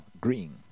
Green